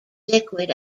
liquid